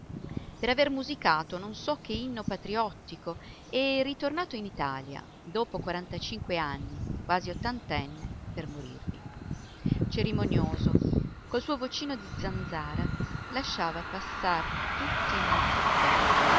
per aver musicato non so che inno patriottico e ritornato in italia dopo quarantacinque anni quasi ottantenne per morirvi cerimonioso col suo vocino di zanzara lasciava passar tutti innanzi a sé